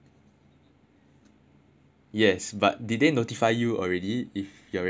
yes but did they notify you already if your registration was successful